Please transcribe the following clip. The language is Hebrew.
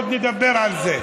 עוד נדבר על זה,